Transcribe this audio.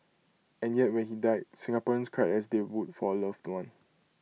and yet when he died Singaporeans cried as they would for A loved one